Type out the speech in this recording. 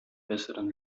besseren